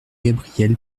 gabriel